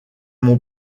mon